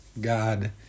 God